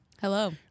hello